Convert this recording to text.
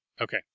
Okay